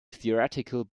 theoretical